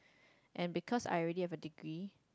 and because I already have a degree